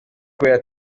kubera